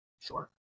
Sure